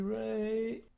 right